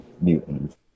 mutants